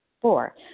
Four